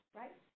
right